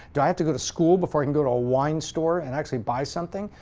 do i have to go to school before i can go to a wine store and actually buy something?